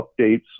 updates